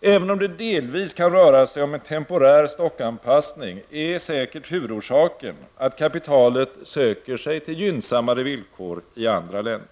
Även om det delvis kan röra sig om en temporär stockanpassning, är säkert huvudorsaken att kapitalet söker sig till gynnsammare villkor i andra länder.